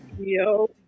yo